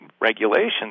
regulations